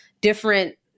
different